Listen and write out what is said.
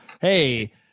hey